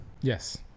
Yes